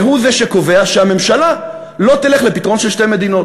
והוא זה שקובע שהממשלה לא תלך לפתרון של שתי מדינות,